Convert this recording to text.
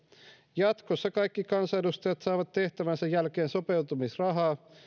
jatkossa kaikki kansanedustajat saavat tehtävänsä jälkeen sopeutumisrahaa